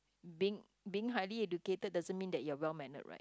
being being highly educated doesn't mean that you're well mannered right